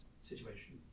situation